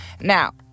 Now